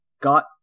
got